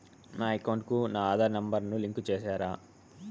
నా అకౌంట్ కు నా ఆధార్ నెంబర్ ను లింకు చేసారా